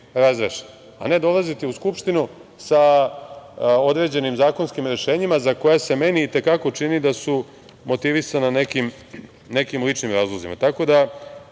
razreše, a ne dolaziti u Skupštinu sa određenim zakonskim rešenjima za koje se meni i te kako čini da su motivisana nekim ličnim razlozima. Razmislite